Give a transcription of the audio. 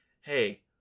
hey